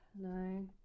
No